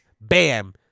Bam